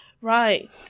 Right